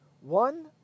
One